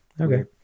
Okay